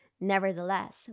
Nevertheless